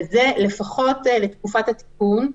וזה לפחות לתקופת התיקון,